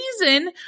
reason